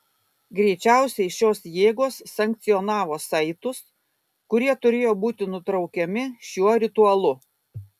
greičiausiai šios jėgos sankcionavo saitus kurie turėjo būti nutraukiami šiuo ritualu